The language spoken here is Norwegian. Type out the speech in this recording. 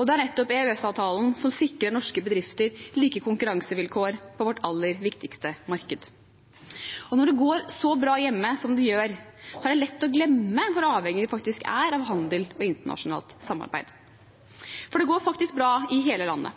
og det er nettopp EØS-avtalen som sikrer norske bedrifter like konkurransevilkår på vårt aller viktigste marked. Når det går så bra hjemme som det gjør, er det lett å glemme hvor avhengig vi faktisk er av handel og internasjonalt samarbeid. For det går faktisk bra i hele landet.